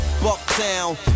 Bucktown